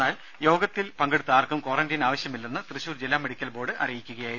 എന്നാൽ യോഗത്തിൽ പങ്കെടുത്ത ആർക്കും ക്വാറന്റൈൻ ആവശ്യമില്ലെന്ന് തൃശൂർ ജില്ലാ മെഡിക്കൽ ബോർഡ് അറിയിക്കുകയായിരുന്നു